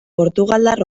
portugaldar